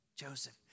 Joseph